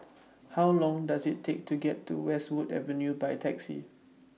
How Long Does IT Take to get to Westwood Avenue By Taxi